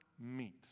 meet